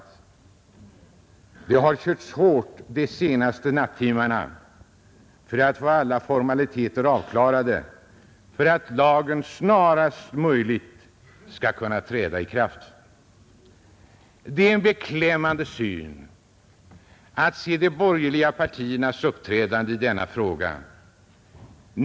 Det har körts hårt de senaste nattimmarna för att få alla formaliteter avklarade, så att lagen snarast möjligt skall kunna träda i kraft. Det är en beklämmande syn att se de borgerliga partiernas uppträdande i denna fråga.